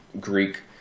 Greek